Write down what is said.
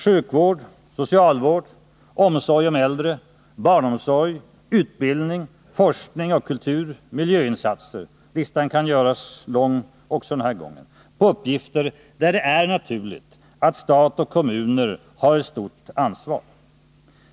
Sjukvård, socialvård, omsorg om äldre, barnomsorg, utbildning, forskning och kultur, miljöinsatser — listan kan göras lång också den här gången på uppgifter där det är naturligt att stat och kommuner har ett stort ansvar.